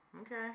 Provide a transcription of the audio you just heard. Okay